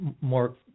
more